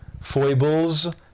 foibles